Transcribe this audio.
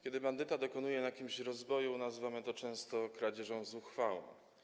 Kiedy bandyta dokonuje na kimś rozboju, nazywamy to często kradzieżą zuchwałą.